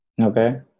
Okay